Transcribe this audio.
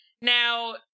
Now